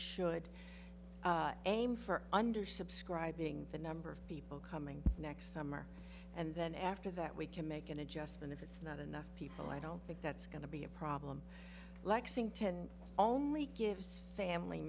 should aim for under subscribing the number of people coming next summer and then after that we can make an adjustment if it's not enough people i don't think that's going to be a problem lexington only gives family